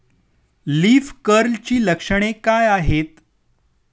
Leaf कर्लची लक्षणे काय आहेत?